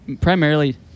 primarily